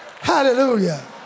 hallelujah